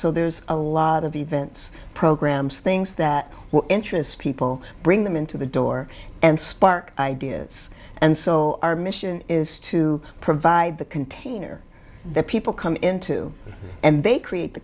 so there's a lot of events programs things that interest people bring them into the door and spark ideas and so our mission is to provide the container that people come in to and they create the